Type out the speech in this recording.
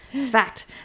Fact